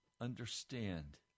understand